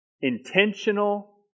intentional